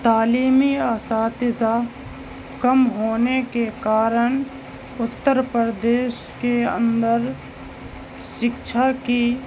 تعلیمی اساتذہ کم ہونے کے کارن اتّر پردیش کے اندر سکچھا کی